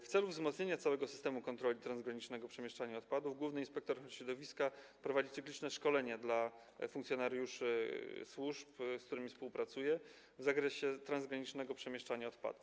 W celu wzmocnienia całego systemu kontroli transgranicznego przemieszczania odpadów główny inspektor środowiska prowadzi cykliczne szkolenia dla funkcjonariuszy służb, z którymi współpracuje w zakresie transgranicznego przemieszczania odpadów.